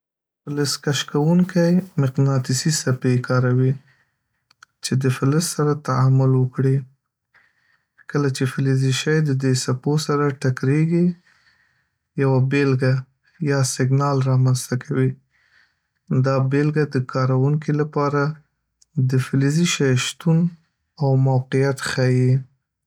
فلز کشف کوونکی مقناطیسي څپې کاروي چې د فلز سره تعامل وکړي. کله چې فلزي شی دې څپو سره ټکريږي، یوه بیلګه یا سګنال رامنځته کوي دا بیلګه د کارونکي لپاره د فلزي شی شتون او موقعیت ښيي.